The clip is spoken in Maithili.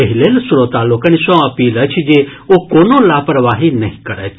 एहि लेल श्रोता लोकनि सँ अपील अछि जे ओ कोनो लापरवाही नहि करथि